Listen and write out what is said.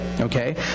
Okay